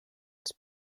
els